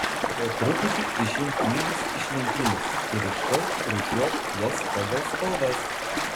po truputį išimk knygas iš lentynos ir iškart rūšiuok jas pagal spalvas